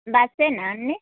బస్సేనా అన్నీ